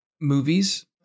movies